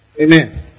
Amen